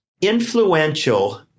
influential